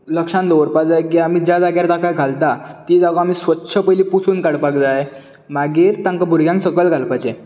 लक्षान दवरपाक जाय की ज्या जाग्यार आमी ताका घालता ती जागा आमी स्वच्छ पयली पुसून काडपाक जाय मागीर तांकां भुरग्यांक सकयल घालपाचें